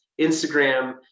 Instagram